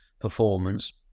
Performance